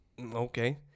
Okay